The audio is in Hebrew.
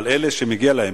אבל אלה שמגיע להם,